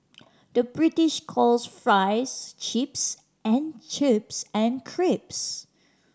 the British calls fries chips and chips and crisps